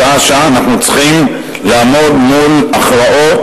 שעה-שעה אנחנו צריכים לעמוד מול הכרעות